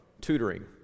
tutoring